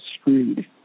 screwed